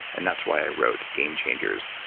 and that's why i wrote game changers.